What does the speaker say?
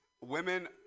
women